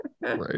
Right